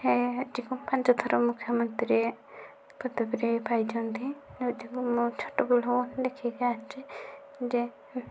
ସେ ଏଥିକୁ ପାଞ୍ଚ ଥର ମୁଖ୍ୟମନ୍ତ୍ରୀ ପଦବୀରେ ପାଇଛନ୍ତି ଛୋଟ ବେଳୁ ଦେଖିକି ଆସିଛି ଯେ